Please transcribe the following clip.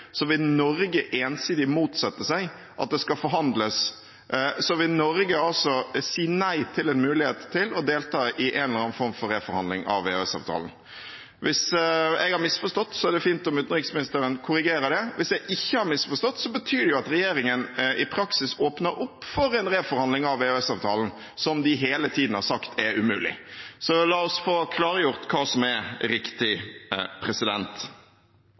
så vil Norge ensidig motsette seg at det skal forhandles, så vil Norge si nei til en mulighet til å delta i en eller annen form for reforhandling av EØS-avtalen. Hvis jeg har misforstått, er det fint om utenriksministeren korrigerer det. Hvis jeg ikke har misforstått, betyr det jo at regjeringen i praksis åpner opp for en reforhandling av EØS-avtalen, som de hele tiden har sagt er umulig. Så la oss få klargjort hva som er riktig.